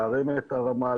להרים את הרמה,